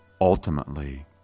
Ultimately